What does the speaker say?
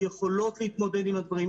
יכולות להתמודד עם הדברים.